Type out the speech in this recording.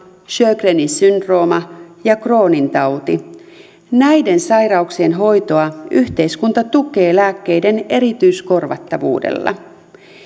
sjögrenin syndrooma ja crohnin tauti näiden sairauksien hoitoa yhteiskunta tukee lääkkeiden erityiskorvattavuudella